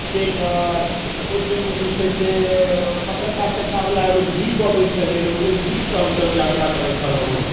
taker ओहि टाइममे जे छै से पतरका चक्कावला एगो जीप अबै छलैए ओहि जीपसँ हमसभ यात्रा करै छलौँ हँ